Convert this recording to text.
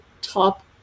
top